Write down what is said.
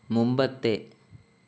മുമ്പത്തെ